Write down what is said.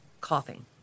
coughing